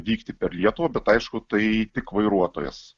vykti per lietuvą bet aišku tai tik vairuotojas